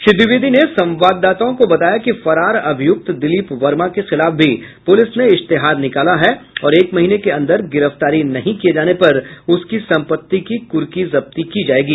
श्री द्विवेदी ने संवाददाताओं को बताया कि फरार अभियुक्त दिलीप वर्मा के खिलाफ भी पुलिस ने इश्तेहार निकाला है और एक महीने के अंदर गिरफ्तारी नहीं किए जाने पर उसकी संपत्ति की कुर्की जब्ती की जायेगी